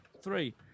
three